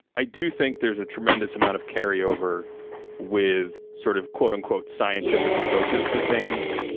i do think there's a tremendous amount of carryover with sort of quote unquote, scientific approaches to things.